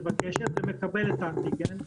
מבקשת ומקבלת את האנטיגן,